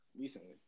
recently